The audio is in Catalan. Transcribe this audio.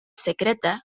secreta